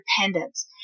independence